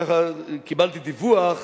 כך קיבלתי דיווח,